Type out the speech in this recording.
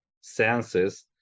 senses